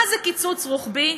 מה זה קיצוץ רוחבי?